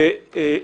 גם הקודמת התפטרה.